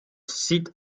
sieht